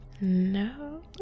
No